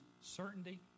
certainty